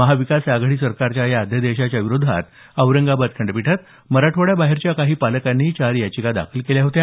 महाविकास आघाडी सरकारच्या या अध्यादेशाच्या विरोधात औरंगाबाद खंडपीठात मराठवाड्याबाहेरच्या काही पालकांनी चार याचिका दाखल केल्या होत्या